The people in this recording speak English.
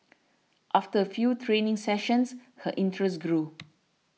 after a few training sessions her interest grew